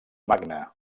magne